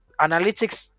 analytics